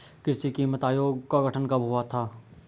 कृषि कीमत आयोग का गठन कब हुआ था?